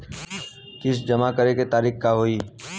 किस्त जमा करे के तारीख का होई?